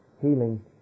healing